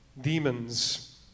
demons